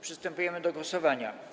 Przystępujemy do głosowania.